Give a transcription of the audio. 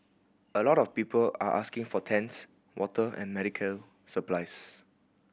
a lot of people are asking for tents water and medical supplies